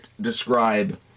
describe